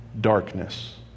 Darkness